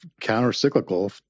counter-cyclical